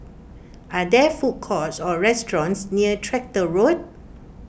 are there food courts or restaurants near Tractor Road